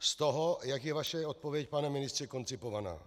Z toho, jak je vaše odpověď, pane ministře, koncipovaná.